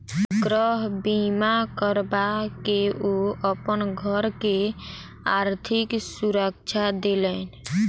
गृह बीमा करबा के ओ अपन घर के आर्थिक सुरक्षा देलैन